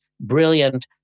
brilliant